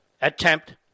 attempt